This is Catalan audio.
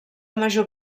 major